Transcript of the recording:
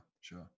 sure